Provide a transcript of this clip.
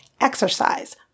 exercise